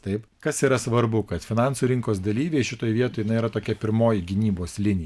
taip kas yra svarbu kad finansų rinkos dalyviai šitoj vietoj na yra tokia pirmoji gynybos linija